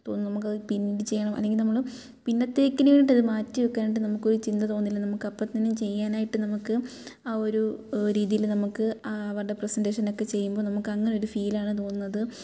തോന്നും നമുക്ക് അത് പിന്നീട് ചെയ്യണം അല്ലെങ്കിൽ നമ്മൾ പിന്നത്തേകിൽ അത് മാറ്റി വെക്കാനായിട്ട് നമുക്ക് ഒരു ചിന്ത തോന്നില്ല നമുക്ക് അപ്പോൾ തന്നെ ചെയ്യാനായിട്ട് നമുക്ക് ആ ഒരു രീതിയിൽ നമുക്ക് ആ അവരുടെ പ്രസേൻറ്റേഷൻ ഒക്കെ ചെയ്യുമ്പോൾ ചെയ്യുമ്പോൾ നമുക്ക് അങ്ങനെയൊരു ഫീലാണ് തോന്നുന്നത്